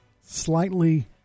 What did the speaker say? Slightly